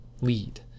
lead